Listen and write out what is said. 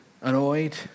Annoyed